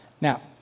Now